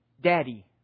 daddy